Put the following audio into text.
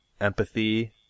empathy